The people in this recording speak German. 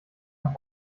noch